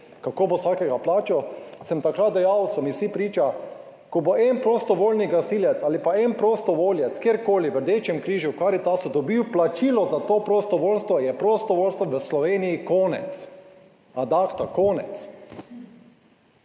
kako bo vsakega plačal, sem takrat dejal - so mi vsi priča -, ko bo en prostovoljni gasilec ali pa en prostovoljec, kjerkoli v Rdečem križu, Karitasu dobil plačilo za to prostovoljstvo, je prostovoljstva v Sloveniji konec, ad acta, konec.